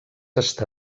està